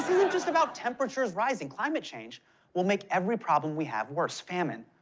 isn't just about temperatures rising. climate change will make every problem we have worse famine,